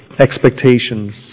expectations